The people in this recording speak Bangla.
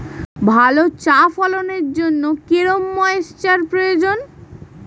ভালো চা ফলনের জন্য কেরম ময়স্চার প্রয়োজন?